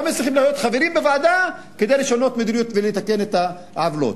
למה הם צריכים להיות חברים בוועדה כדי לשנות מדיניות ולתקן את העוולות?